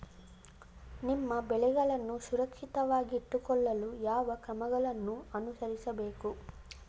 ನಮ್ಮ ಬೆಳೆಗಳನ್ನು ಸುರಕ್ಷಿತವಾಗಿಟ್ಟು ಕೊಳ್ಳಲು ಯಾವ ಕ್ರಮಗಳನ್ನು ಅನುಸರಿಸಬೇಕು?